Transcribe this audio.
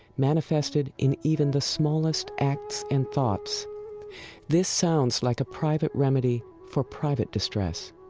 manifested in even the smallest acts and thoughts this sounds like a private remedy for private distress.